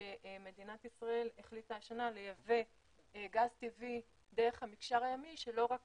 שמדינת ישראל החליטה השנה לייבא גז טבעי דרך המקשר הימי לא רק